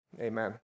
Amen